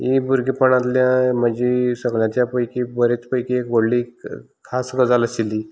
ही भुरगेपणांतल्या म्हजी सगळ्यांच्या पैकी बरेंच पैकी एक व्हडली खास गजाल आशिल्ली